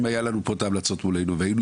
אם היה לנו פה את ההמלצות מולנו והיינו